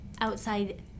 outside